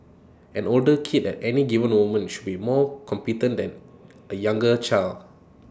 an older kid at any given moment should be more competent than A younger child